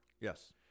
yes